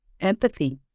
empathy